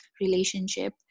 relationship